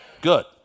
Good